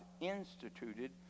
instituted